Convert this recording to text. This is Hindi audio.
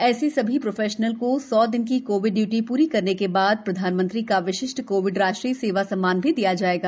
ऐसे सभी प्रोफेशनल को सौ दिन की कोविड इयूटी प्री करने के बाद प्रधानमंत्री का विशिष्ट कोविड राष्ट्रीय सेवा सम्मान दिया जाएगा